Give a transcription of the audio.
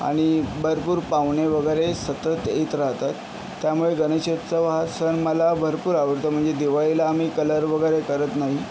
आणि भरपूर पाहुणे वगैरे सतत येत राहतात त्यामुळे गणेशोत्सव हा सण मला भरपूर आवडतो म्हणजे दिवाळीला आम्ही कलर वगैरे करत नाही